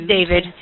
David